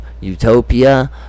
utopia